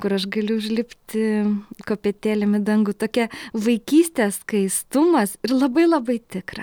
kur aš galiu užlipti kopėtėlėm į dangų tokia vaikystė skaistumas ir labai labai tikra